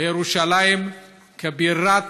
בירושלים כבירה